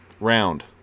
Round